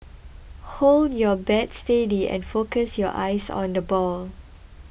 hold your bat steady and focus your eyes on the ball